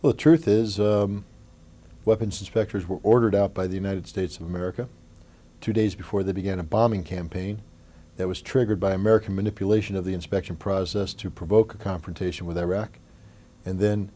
the truth is weapons inspectors were ordered out by the united states of america two days before the begin a bombing campaign that was triggered by american manipulation of the inspection process to provoke a confrontation with iraq and then